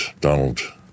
Donald